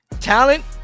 Talent